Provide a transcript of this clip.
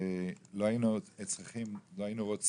ולא היינו רוצים